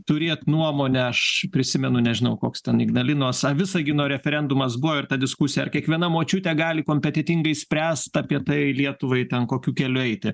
turėt nuomonę aš prisimenu nežinau koks ten ignalinos ar visagino referendumas buvo ir ta diskusija ar kiekviena močiutė gali kompetentingai spręst apie tai lietuvai ten kokiu keliu eiti